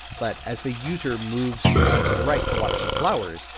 but as the user moves to the right to water some flowers,